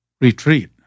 retreat